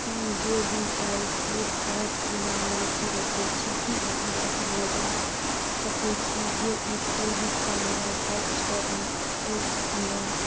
हम J B L flip पाँच किनैमे रुचि रखै छी कि अहाँ पता लगा सकै छी जे ई पूर्विका मोबाइलपर एस्टॉकमे अछि कि नहि